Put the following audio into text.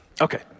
Okay